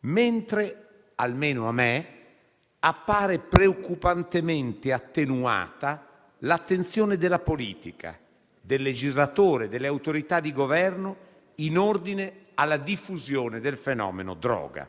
mentre - almeno a me - appare attenuata in maniera preoccupante l'attenzione della politica, del legislatore, delle autorità di Governo in ordine alla diffusione del fenomeno droga.